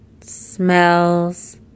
smells